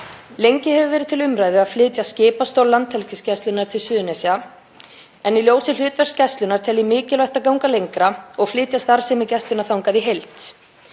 Lengi hefur verið til umræðu að flytja skipastól Landhelgisgæslunnar til Suðurnesja en í ljósi hlutverks Gæslunnar tel ég mikilvægt að ganga lengra og flytja starfsemi Gæslunnar þangað í heild.